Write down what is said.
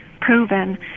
proven